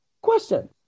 question